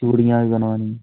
चूड़ियाँ भी बनवानी